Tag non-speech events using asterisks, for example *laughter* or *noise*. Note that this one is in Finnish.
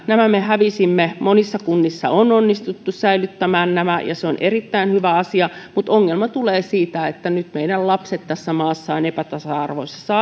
nämä me hävisimme monissa kunnissa on onnistuttu säilyttämään nämä ja se on erittäin hyvä asia mutta ongelma tulee siitä että nyt meidän lapset tässä maassa ovat epätasa arvoisessa *unintelligible*